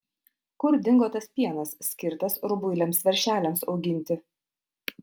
kur dingo tas pienas skirtas rubuiliams veršeliams auginti